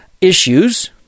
issues